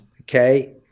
okay